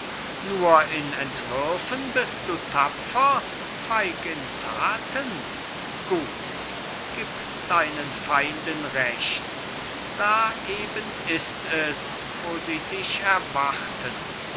nur in entwürfen bist du tapfer feig in taten gut gib deinen feinden recht da eben ist es wo sie dich erwarten